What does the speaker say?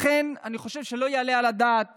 לכן אני חושב שלא יעלה על הדעת